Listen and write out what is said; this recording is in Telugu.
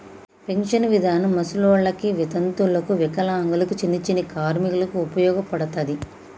పింఛన్ విధానం ముసలోళ్ళకి వితంతువులకు వికలాంగులకు చిన్ని చిన్ని కార్మికులకు ఉపయోగపడతది